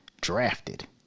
drafted